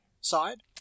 side